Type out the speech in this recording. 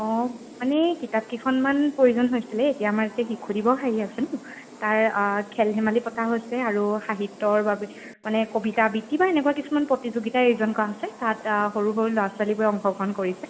অঁ মানে কিতাপকেইখনমান প্ৰয়োজন হৈছিলে এতিয়া আমাৰ যে শিশু দিৱস আহি আছে নহ্ তাৰ খেল ধেমালি পতা হৈছে আৰু সাহিত্যৰ বাবে মানে কবিতা আবৃত্তি বা এনেকুৱা কিছুমান প্ৰতিযোগিতা আয়োজন কৰা হৈছে তাত সৰু সৰু ল'ৰা ছোৱালীবোৰে অংশগ্ৰহ কৰিছে